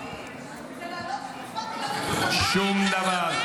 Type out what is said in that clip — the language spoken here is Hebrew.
שום דבר.